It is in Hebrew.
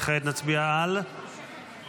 כעת נצביע על -- 2020.